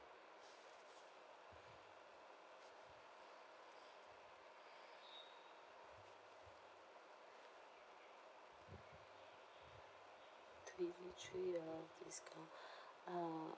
twenty three dollars discount uh